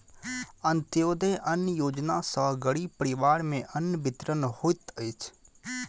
अन्त्योदय अन्न योजना सॅ गरीब परिवार में अन्न वितरण होइत अछि